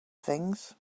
things